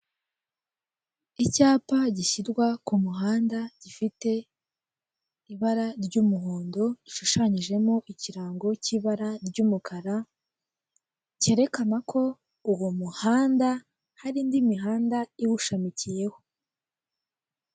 Icyapa gishyirwa ku muhanda gifite ibara ry'umuhondo, gishushanyijemo ikirango cy'ibara ry'umukara, cyerekana ko uwo muhanda hari indi mihanda iwushamikiyeho.